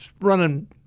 running